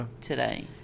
today